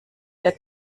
der